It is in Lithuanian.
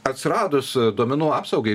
atsiradus duomenų apsaugai